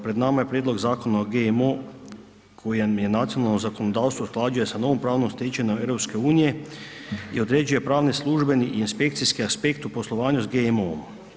Pred nama je Prijedlog zakona o GMO-u kojem je nacionalno zakonodavstvo usklađuje sa novom pravnom stečevinom EU i određuje pravni, službeni i inspekcijski aspekt u poslovanju sa GMO-om.